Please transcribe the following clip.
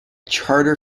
charter